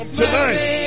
tonight